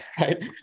right